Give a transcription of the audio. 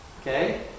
Okay